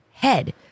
head